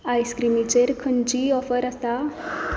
आयस्क्रीमीचेर खंयचीय ऑफर आसा